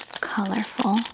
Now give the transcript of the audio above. colorful